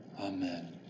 Amen